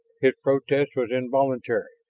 his protest was involuntary,